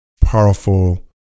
powerful